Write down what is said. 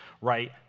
right